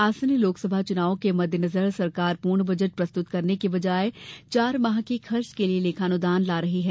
आसन्न लोकसभा चुनावों के मद्देनजर सरकार पूर्ण बजट प्रस्तुत करने की बजाए चार माह के खर्च के लिये लेखानुदान ला रही है